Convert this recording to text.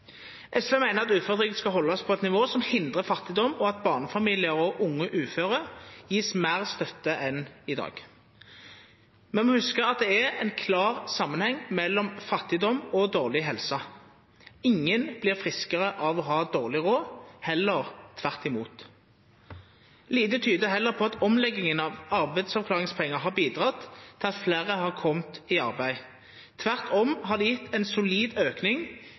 SV meiner at uføretrygd skal haldast på eit nivå som hindrar fattigdom, og at barnefamiliar og unge uføre skal få meir støtte enn i dag. Me må hugsa at det er ein klar samanheng mellom fattigdom og dårleg helse. Ingen vert friskare av å ha dårleg råd, heller tvert imot. Lite tyder også på at omlegginga av arbeidsavklaringspengar har bidrege til at fleire har kome i arbeid. Tvert om har det gjeve ein solid